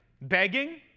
Begging